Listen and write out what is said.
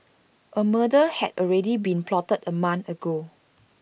A murder had already been plotted A month ago